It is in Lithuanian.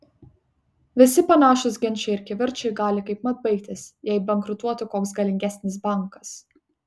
visi panašūs ginčai ir kivirčai gali kaipmat baigtis jei bankrutuotų koks galingesnis bankas